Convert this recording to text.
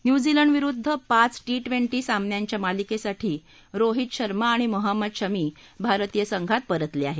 न्यूझीलंडविरुद्ध पाच सामन्यांच्या मालिकेसाठी रोहित शर्मा आणि मोहम्मद शमी भारतीय संघात परतले आहेत